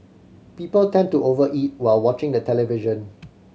people tend to over eat while watching the television